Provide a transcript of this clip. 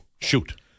shoot